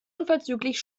unverzüglich